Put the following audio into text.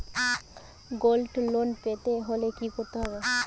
Gold loan পেতে হলে কি করতে হবে?